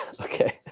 okay